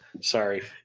Sorry